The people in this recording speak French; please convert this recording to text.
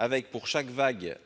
avec, pour chaque vague,